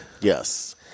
Yes